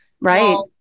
Right